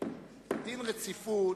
דין רציפות,